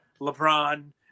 LeBron